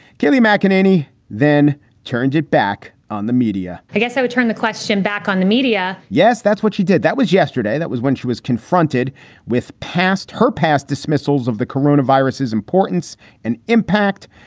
kelly mccann, any then turns it back on the media i guess i would turn the question back on the media yes, that's what she did. that was yesterday. that was when she was confronted with past her past dismissals of the corona viruses, importance and impact.